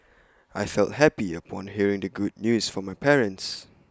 I felt happy upon hearing the good news from my parents